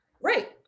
Right